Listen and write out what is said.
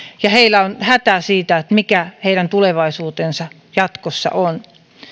ja heillä on hätä siitä mikä heidän tulevaisuutensa jatkossa on